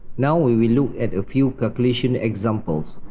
now we will look at a few calculation examples.